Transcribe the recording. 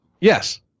Yes